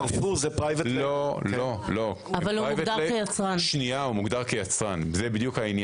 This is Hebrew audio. הוא מוגדר כיצרן.